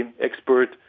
expert